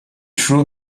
sure